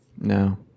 No